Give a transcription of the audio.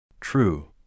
True